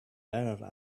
ladder